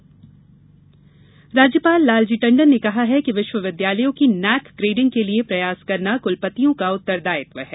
राज्यपाल राज्यपाल लालजी टंडन ने कहा कि विश्वविद्यालयों की नैक ग्रेडिंग के लिए प्रयास करना कुलपतियों का उत्तरदायित्व है